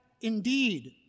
indeed